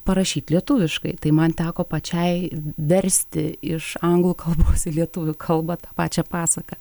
parašyt lietuviškai tai man teko pačiai versti iš anglų kalbos į lietuvių kalbą tą pačią pasaką